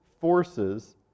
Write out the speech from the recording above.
forces